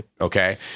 okay